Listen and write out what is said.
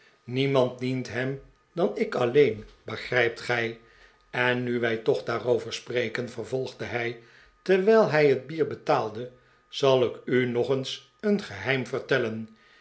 niemand dient hem dan ik alleen begrijpt gij en nu wij toch daarover spreken vervolgde hij terwijl hij het bier betaalde zal ik u nog eens een geheim vertellen